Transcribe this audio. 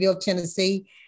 Tennessee